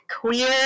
queer